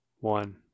One